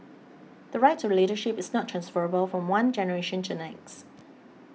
the right to the leadership is not transferable from one generation to the next